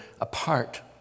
apart